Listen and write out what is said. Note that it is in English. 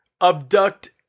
abduct